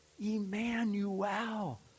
Emmanuel